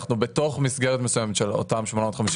אנחנו בתוך מסגרת מסוימת של אותם 850